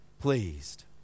pleased